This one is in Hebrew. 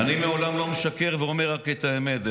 אני לעולם לא משקר, ואומר רק את האמת.